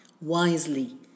wisely